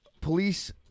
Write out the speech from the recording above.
police